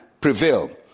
prevail